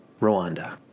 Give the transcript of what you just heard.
Rwanda